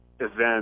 Events